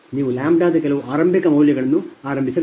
ನೀವು ಲ್ಯಾಂಬ್ಡಾದ ಕೆಲವು ಆರಂಭಿಕ ಮೌಲ್ಯಗಳನ್ನು ಪ್ರಾರಂಭಿಸಬೇಕು